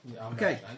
Okay